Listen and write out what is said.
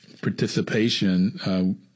participation